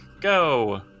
Go